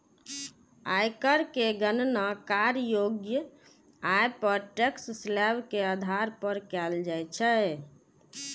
आयकर के गणना करयोग्य आय पर टैक्स स्लेब के आधार पर कैल जाइ छै